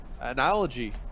analogy